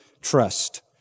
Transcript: trust